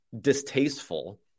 distasteful